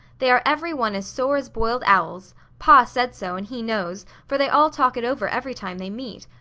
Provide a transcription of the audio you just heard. they are every one as sore as boiled owls pa said so, and he knows, for they all talk it over every time they meet.